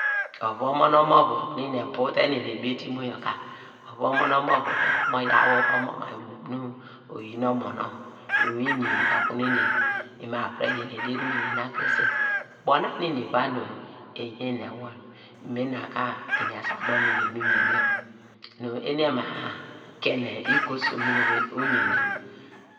Ovu omon omo ovu okunu eni ebow te ebiete imo yo ka, ovu omon omo ovu dor mo yaw omo ma mu iyin oyin nu omo nonw, inwin ini okunu eni imo avire yor ederi va me yena krese, ubo na nu eni eva nu eyen ewol mina ka eni asu abo okunu me yeni uyen yor nu eni ema kiene ekosum mu uyen yor